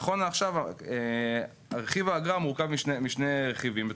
נכון לעכשיו רכיב האגרה מורכב משני רכיבים בתוכו,